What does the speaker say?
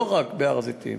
לא רק בהר-הזיתים,